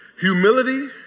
humility